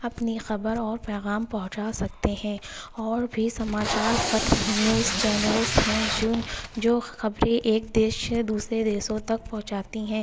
اپنی خبر اور پیغام پہنچا سکتے ہیں اور بھی سماچار پتر نیوز چینلس ہیں جو جو خبریں ایک دیش سے دوسرے دیشوں تک پہنچاتی ہیں